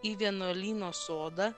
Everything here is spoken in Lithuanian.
į vienuolyno sodą